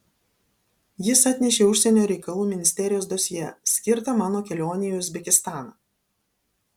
jis atnešė užsienio reikalų ministerijos dosjė skirtą mano kelionei į uzbekistaną